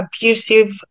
abusive